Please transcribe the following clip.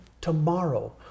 tomorrow